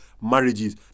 marriages